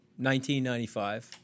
1995